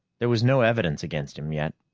there was no evidence against him yet,